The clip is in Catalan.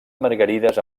margarides